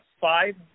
five